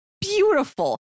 beautiful